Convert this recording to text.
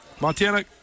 Montana